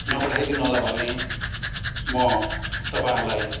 नपठाइदिनुहोला भन्ने म तपाईँहरूलाई